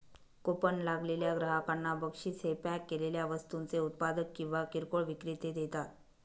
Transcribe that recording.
coupon लागलेल्या ग्राहकांना बक्षीस हे पॅक केलेल्या वस्तूंचे उत्पादक किंवा किरकोळ विक्रेते देतात